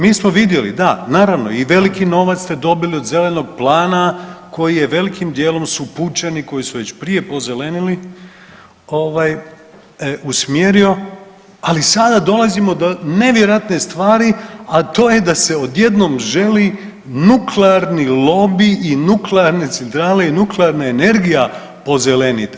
Mi smo vidjeli da naravno i veliki novac ste dobili od zelenog plana koji je velikim dijelom su upućeni, koji su već prije pozelenili usmjerio ali sada dolazimo do nevjerojatne stvari, a to je da se odjednom želi nuklearni lobij i nuklearne centrale i nuklearna energija pozeleniti.